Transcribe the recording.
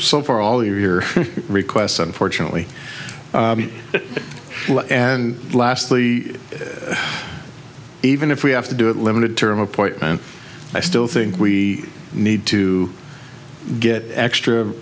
so far all your requests unfortunately and lastly even if we have to do it limited term appointment i still think we need to get extra